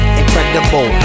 incredible